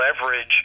leverage